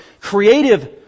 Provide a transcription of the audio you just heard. Creative